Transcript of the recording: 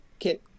Okay